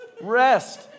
Rest